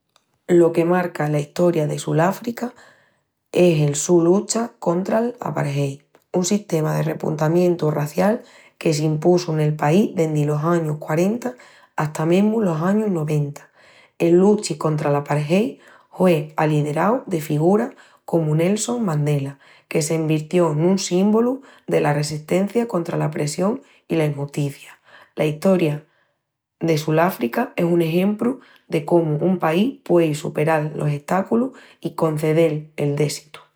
Lo que marca la Estoria de Suláfrica es el su lucha contra'l apartheid, un sistema de repuntamientu razial que s'impusu nel país dendi los añus quarenta hata mesmu los añus noventa. El luchi contra'l apartheid hue aliderau de figuras comu Nelson Mandela, que s'envirtió nun símbolu dela ressestencia contra l'apressión i la injusticia. La estoria de Suláfrica es un exempru de cómu un país puéi superal los estáculus i concedel el déssitu.